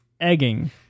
egging